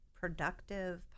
productive